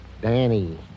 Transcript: Danny